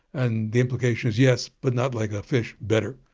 and the implication is yes, but not like a fish, better.